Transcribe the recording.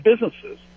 businesses